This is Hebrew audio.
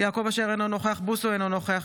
אינו נוכח קארין אלהרר,